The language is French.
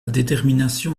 détermination